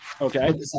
Okay